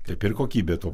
kaip ir kokybė tuo